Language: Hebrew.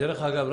דרך אגב,